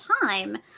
time